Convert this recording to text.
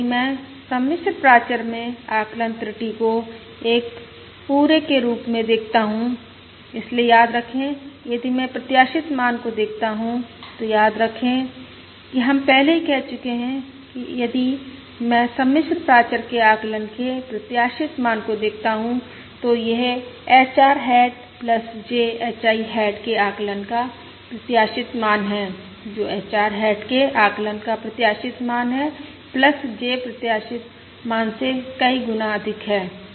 अब यदि मैं सम्मिश्र प्राचर में आकलन त्रुटि को एक पूरे के रूप में देखता हूं इसलिए याद रखें यदि मैं प्रत्याशित मान को देखता हूं तो याद रखें कि हम पहले ही कह चुके हैं कि यदि मैं सम्मिश्र प्राचर के आकलन के प्रत्याशित मान को देखता हूं तो यह HR हैट JHI हैट के आकलन का प्रत्याशित मान है जो HR हैट के आकलन का प्रत्याशित मान है J प्रत्याशित मान से कई गुना अधिक है